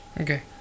Okay